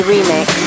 Remix